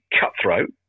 cutthroat